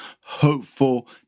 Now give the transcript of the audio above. hopeful